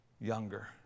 younger